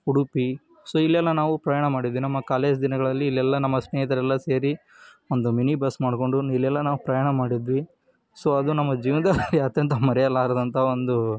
Udupi so ಇಲ್ಲೆಲ್ಲ ನಾವು ಪ್ರಯಾಣ ಮಾಡಿದ್ವಿ ನಮ್ಮ ಕಾಲೇಜು ದಿನಗಳಲ್ಲಿ ಇಲ್ಲೆಲ್ಲ ನಮ್ಮ ಸ್ನೇಹಿತರೆಲ್ಲ ಸೇರಿ ಒಂದು ಮಿನಿ ಬಸ್ ಮಾಡಿಕೊಂಡು ಇಲ್ಲೆಲ್ಲ ನಾವು ಪ್ರಯಾಣ ಮಾಡಿದ್ವಿ ಸೊ ಅದು ನಮ್ಮ ಜೀವನದಲ್ಲಿ ಅತ್ಯಂತ ಮರೆಯಲಾಗದಂಥ ಒಂದು